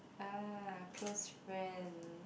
ah close friend